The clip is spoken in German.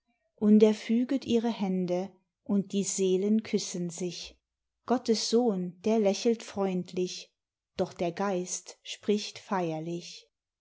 und er füget ihre hände und die seelen küssen sich gottes sohn der lächelt freundlich doch der geist spricht feierlich